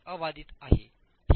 ते अबाधित आहे